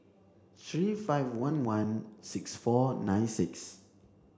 three five one one six four nine six